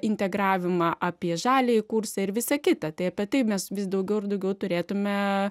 integravimą apie žaliąjį kursą ir visa kita tai apie tai mes vis daugiau ir daugiau turėtume